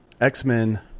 X-Men